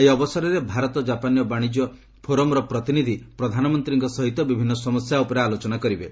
ଏହି ଅବସରରେ ଭାରତ ଜାପାନ୍ ବାଣିଜ୍ୟ ଫୋରମ୍ର ପ୍ରତିନିଧି ପ୍ରଧାନମନ୍ତ୍ରୀଙ୍କ ସହିତ ବିଭିନ୍ନ ସମସ୍ୟା ଉପରେ ଆଲୋଚନା କରିବେ